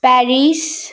Paris